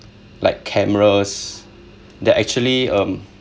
like cameras that actually um